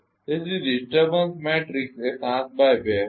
તેથી disturbance matrix એ 7 x 2 હશે